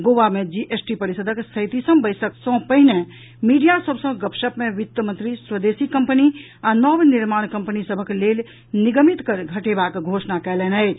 गोआ मे जीएसटी परिषदक सैंतीसम बैसक सँ पहिने मीडिया सभ सँ गपशप मे वित्तमंत्री स्वदेशी कंपनी आ नव निर्माण कंपनी सभक लेल निगमित कर घटेबाक घोषणा कयलनि अछि